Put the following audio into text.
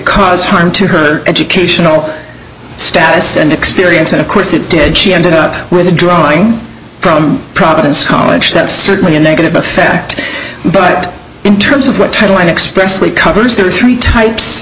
cause harm to her educational status and experience and of course it did she ended up with a drawing from providence college that's certainly a negative effect but in terms of the title expressly covers the three types